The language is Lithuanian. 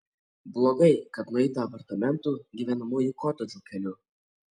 blogai kad nueita apartamentų gyvenamųjų kotedžų keliu